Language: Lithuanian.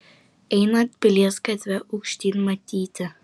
einant pilies gatve aukštyn matyti